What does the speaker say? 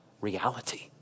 reality